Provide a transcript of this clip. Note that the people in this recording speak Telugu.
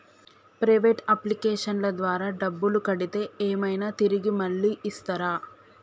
ప్రైవేట్ అప్లికేషన్ల ద్వారా డబ్బులు కడితే ఏమైనా తిరిగి మళ్ళీ ఇస్తరా?